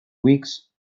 weeks